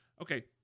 Okay